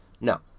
No